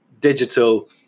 Digital